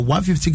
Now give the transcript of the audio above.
150